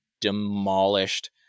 demolished